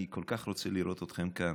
אני כל כך רוצה לראות אתכם כאן.